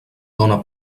dóna